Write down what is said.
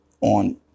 on